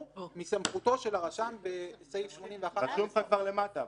מסמכותו של הרשם בסעיף 81. כבר כתוב למטה,